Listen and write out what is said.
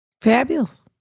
Fabulous